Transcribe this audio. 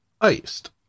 iced